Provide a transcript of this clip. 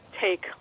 take